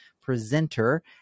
presenter